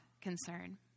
concern